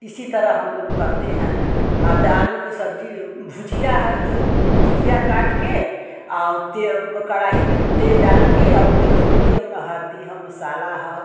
इसी तरह हम लोग करते हैं तो आलू के सब्ज़इ भुजिया है भुजिया काटकर और कड़ाही में तेल डालकर ओके धोए कर ओहमे हलदी हो मसाला हो